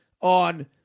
on